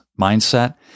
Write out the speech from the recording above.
mindset